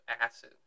acid